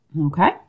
okay